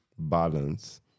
balance